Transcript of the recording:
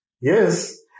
Yes